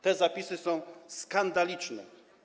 Te zapisy są skandaliczne.